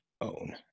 own